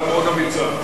ועדה מאוד אמיצה.